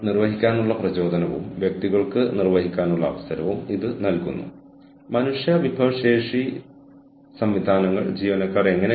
ഞാൻ വാഗ്ദാനം ചെയ്യുന്ന ഉൽപ്പന്നങ്ങളുടെയും സേവനങ്ങളുടെയും ശ്രേണിയിൽ വളരെ അദ്വിതീയമായത് എന്താണ്